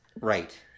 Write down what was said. Right